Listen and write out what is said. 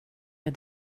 med